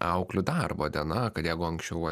auklių darbo diena kad jeigu anksčiau va